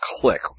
click